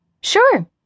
Sure